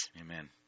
Amen